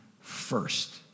first